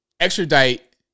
extradite